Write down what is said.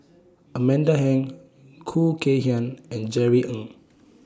Amanda Heng Khoo Kay Hian and Jerry Ng